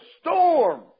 storm